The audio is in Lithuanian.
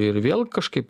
ir vėl kažkaip